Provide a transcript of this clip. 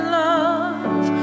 love